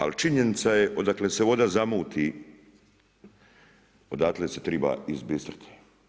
Ali činjenica je odakle se voda zamuti, odatle se triba izbistriti.